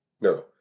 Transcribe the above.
no